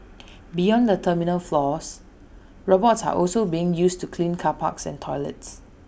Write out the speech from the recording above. beyond the terminal floors robots are also being used to clean car parks and toilets